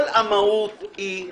כל המהות היא-